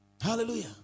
Hallelujah